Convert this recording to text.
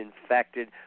infected